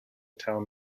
town